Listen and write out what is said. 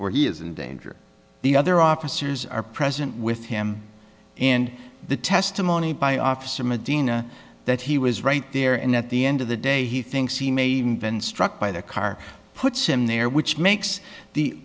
or he is in danger the other officers are present with him and the testimony by officer medina that he was right there and at the end of the day he thinks he may have been struck by the car puts him there which makes the